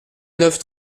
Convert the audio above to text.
neuf